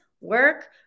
work